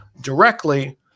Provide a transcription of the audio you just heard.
directly